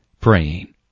Praying